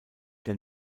der